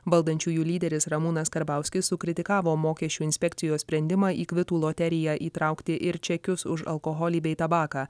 valdančiųjų lyderis ramūnas karbauskis sukritikavo mokesčių inspekcijos sprendimą į kvitų loteriją įtraukti ir čekius už alkoholį bei tabaką